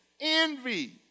envy